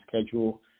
schedule